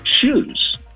shoes